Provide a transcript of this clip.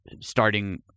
starting